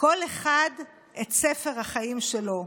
כל אחד את ספר החיים שלו,